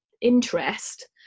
interest